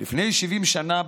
לפני 70 שנה,